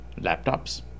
laptops